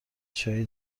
چایی